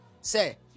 Say